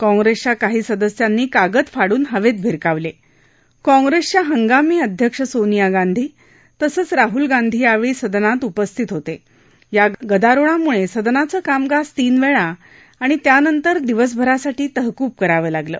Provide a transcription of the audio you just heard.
काँग्रस्त्रिया काही सदस्यांनी कागद फाडून हवत भिरकावल क्राँग्रस्टिया हंगामी अध्यक्ष सोनिया गांधी तसंच राहुल गांधी यावळी सदनात उपस्थित होत मा गदारोळामुळ सदनाचं कामकाज तीन वळी आणि त्यानंतर दिवसभरासाठी तहकूब करावं लागलं